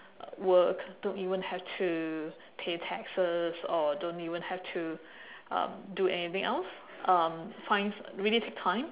work don't even have to pay taxes or don't even have to um do anything else um find really take time